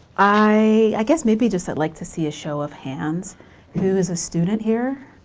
i guess, maybe just i'd like to see a show of hands who is a student here.